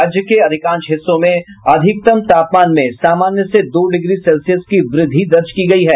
राज्य के अधिकांश हिस्सों में अधिकतम तापमान में सामान्य से दो डिग्री सेल्सियस की व्रद्धि दर्ज की गयी है